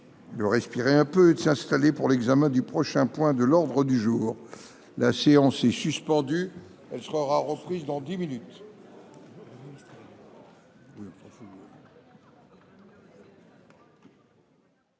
De respirer un peu, de s'installer pour l'examen du prochain point de l'ordre du jour. La séance est suspendue. Elle sera reprise dans 10 minutes.